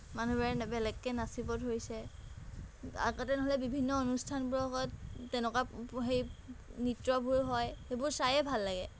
মানুহবোৰে বেলেগকে নাচিব ধৰিছে আগতে নহ'লে বিভিন্ন অনুষ্ঠানবোৰত তেনেকুৱা হেৰি নৃত্যবোৰ হয় সেইবোৰ চায়েই ভাল লাগে